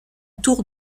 tour